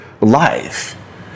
life